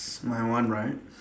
my one right